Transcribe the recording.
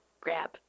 grab